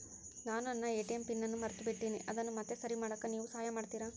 ನಾನು ನನ್ನ ATM PIN ಅನ್ನು ಮರೆತುಬಿಟ್ಟೇನಿ ಅದನ್ನು ಮತ್ತೆ ಸರಿ ಮಾಡಾಕ ನೇವು ಸಹಾಯ ಮಾಡ್ತಿರಾ?